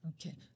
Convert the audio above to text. Okay